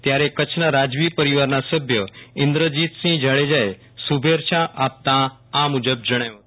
ત્યારે કચ્છના રાજવી પરિવારના સભ્ય ઈન્દ્રજીતસિંહ જાડેજાએ શુભેચ્છા આપતા આ મુજબ જણાવ્યું હતું